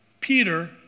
Peter